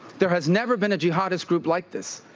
there has never been a jihadist group like this.